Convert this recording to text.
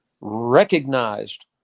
recognized